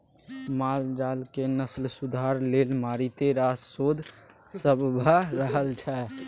माल जालक नस्ल सुधार लेल मारिते रास शोध सब भ रहल छै